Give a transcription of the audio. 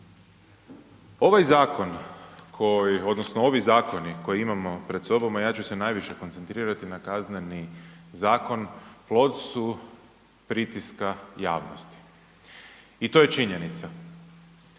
Ovaj zakon, odnosno ovi zakoni koje imamo pred sobom, a ja ću se najviše koncentrirati na Kazneni zakon plod su pritiska javnosti. I to je činjenica.